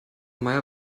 meier